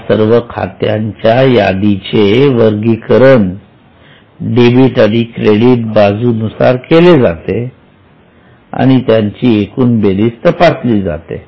या सर्व खात्यांच्या यादीचे वर्गीकरण डेबिट आणि क्रेडिट बाजू नुसार केले जाते आणि त्यांची एकूण बेरीज तपासली जाते